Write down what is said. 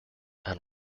and